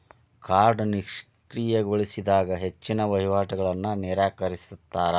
ಕಾರ್ಡ್ನ ನಿಷ್ಕ್ರಿಯಗೊಳಿಸಿದಾಗ ಹೆಚ್ಚಿನ್ ವಹಿವಾಟುಗಳನ್ನ ನಿರಾಕರಿಸ್ತಾರಾ